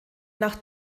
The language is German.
nach